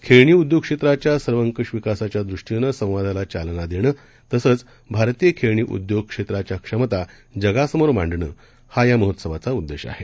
खेळणी उद्योगक्षेत्राच्या सर्वंकष विकासाच्यादृष्टीनं संवादाला चालना देणं तसंच भारतीय खेळणी उद्योग क्षेत्राच्या क्षमता जगासमोर मांडणं हा या महोत्सवाचा उद्देश आहे